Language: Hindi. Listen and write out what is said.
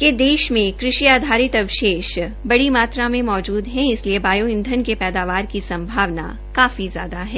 कि देष में कृषि आधारित अवशेष बड़ी मात्रा में मौजूद है इसलिए बायो ईंधन के पैदावार की संभावना काफी ज्यादा है